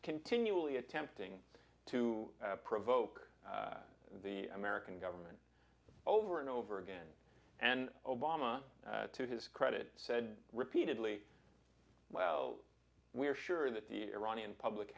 continually attempting to provoke the american government over and over again and obama to his credit said repeatedly well we're sure that the iranian public